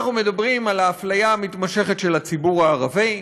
אנחנו מדברים על האפליה המתמשכת של הציבור הערבי.